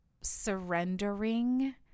surrendering